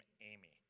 Amy